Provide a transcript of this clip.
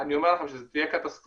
אני אומר לכם שזו תהיה קטסטרופה,